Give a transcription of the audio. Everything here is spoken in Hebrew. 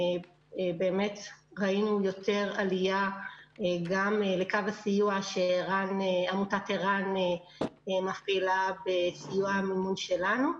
ראינו יותר עלייה גם בקו הסיוע שעמותת ער"ן מפעילה בסיוע מימון שלנו.